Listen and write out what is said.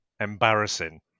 embarrassing